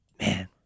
man